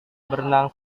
berenang